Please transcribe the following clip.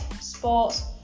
sports